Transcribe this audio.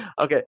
okay